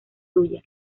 suya